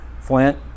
Flint